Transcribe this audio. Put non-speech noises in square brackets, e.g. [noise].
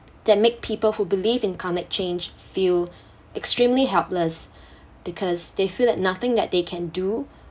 that make people who believe in climate change feel [breath] extremely helpless [breath] because they feel that nothing that they can do